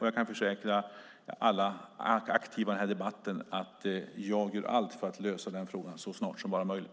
Jag kan försäkra alla aktiva i den här debatten att jag gör allt för att lösa den frågan så snart det är möjligt.